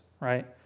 right